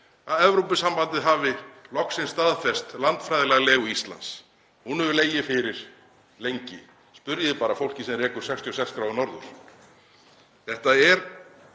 að Evrópusambandið hafi loksins staðfest landfræðilega legu Íslands. Hún hefur legið fyrir lengi. Spyrjið bara fólkið sem rekur 66° norður. Ég hef